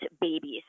babies